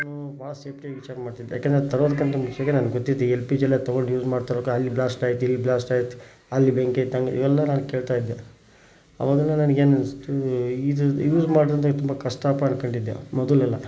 ನಾನು ಭಾಳ ಸೇಫ್ಟಿಯಾಗಿ ವಿಚಾರ ಮಾಡ್ತಿದ್ದೆ ಯಾಕೆಂದರೆ ಅದು ತೊಗೊಳ್ಳೋದ್ಕಿಂತ ಮುಂಚೆಯೇ ನನ್ಗೆ ಗೊತ್ತೈತಿ ಎಲ್ ಪಿ ಜಿ ಎಲ್ಲ ತೊಗೊಂಡು ಯೂಸ್ ಮಾಡ್ತಾ ಇರುವಾಗ ಅಲ್ಲಿ ಬ್ಲಾಸ್ಟ್ ಆಯಿತು ಇಲ್ಲಿ ಬ್ಲಾಸ್ಟ್ ಆಯಿತು ಅಲ್ಲಿ ಬೆಂಕಿ ಹತ್ತಂತ ಇವೆಲ್ಲ ನಾನು ಕೇಳ್ತಾಯಿದ್ದೆ ಆವಾಗೇನೆ ನನ್ಗೇನು ಅನ್ನಿಸ್ತು ಇದು ಯೂಸ್ ಮಾಡೋದು ತುಂ ಕಷ್ಟಪ್ಪಾ ಅಂದ್ಕೊಂಡಿದ್ದೆ ಮೊದಲೆಲ್ಲ